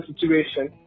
situation